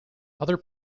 other